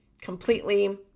completely